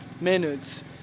minutes